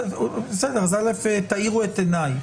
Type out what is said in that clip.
בסדר, אז תאירו את עיניי.